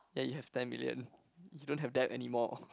that you have ten million you don't have that anymore